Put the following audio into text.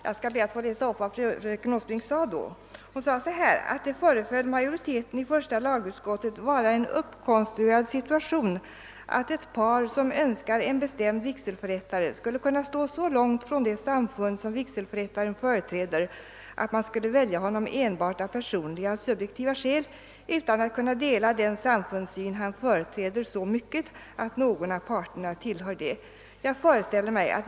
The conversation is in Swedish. Jag skall be att få läsa upp vad hon sade förra året: »Det föreföll majoriteten i första lagutskottet vara en uppkonstruerad situation att ett par som önskar en bestämd vigselförrättare skulle kunna stå så långt från det samfund som vigselförrättaren företräder, att man skulle välja honom enbart av personliga, subjektiva skäl utan att kunna dela den samfundssyn han företräder så mycket, att någon av parterna tillhör det. Jag föreställer mig. att.